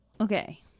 okay